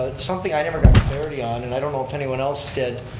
ah something i never got clarity on and i don't know if anyone else did.